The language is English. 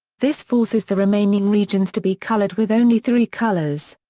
this forces the remaining regions to be colored with only three colors.